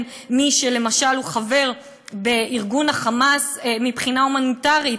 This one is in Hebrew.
מי שלמשל הוא חבר בארגון ה"חמאס" מבחינה הומניטרית,